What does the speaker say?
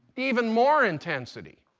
even more intensity.